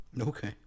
Okay